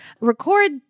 record